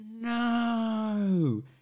No